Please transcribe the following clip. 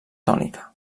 tònica